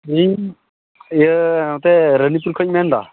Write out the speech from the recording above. ᱤᱧ ᱤᱭᱟᱹ ᱱᱚᱛᱮ ᱨᱟᱱᱤᱯᱩᱨ ᱠᱷᱚᱡ ᱤᱧ ᱢᱮᱱᱫᱟ